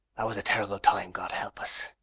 that was a terrible time, god help us.